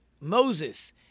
Moses